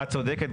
את צודקת,